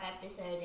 episode